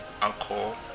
alcohol